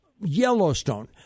Yellowstone